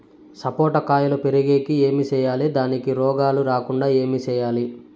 సపోట కాయలు పెరిగేకి ఏమి సేయాలి దానికి రోగాలు రాకుండా ఏమి సేయాలి?